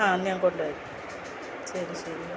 ആ ഞാൻ കൊണ്ടുവരാം ശരി ശരി ഓ